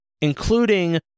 including